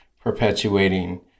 perpetuating